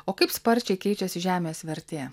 o kaip sparčiai keičiasi žemės vertė